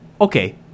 Okay